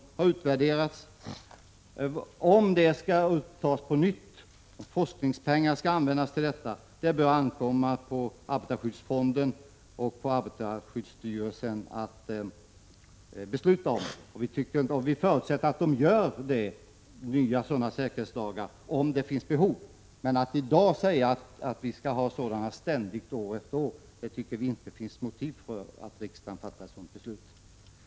Utskottet menar att det bör ankomma på arbetsmiljöfonden och arbetarskyddsstyrelsen att besluta om huruvida man på nytt bör anordna sådana säkerhetsdagar, och vi förutsätter att detta kommer att ske om det finns behov därav. Vi anser det däremot inte nödvändigt att i dag säga att man år efter år skall ha sådana säkerhetsdagar.